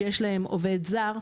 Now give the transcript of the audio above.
שיש להם עובד זר,